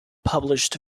published